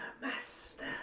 master